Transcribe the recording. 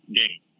game